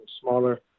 smaller